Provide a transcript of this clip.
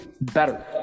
better